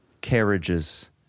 carriages